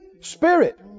Spirit